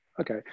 Okay